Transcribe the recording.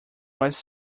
was